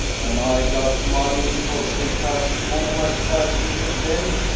ven ay gat money for pay passage home as passenger den